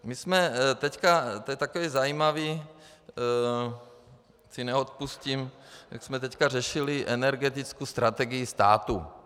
My jsme teď to je takové zajímavé, to si neodpustím, jak jsme teď řešili energetickou strategii státu.